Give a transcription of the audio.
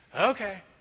okay